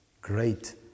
great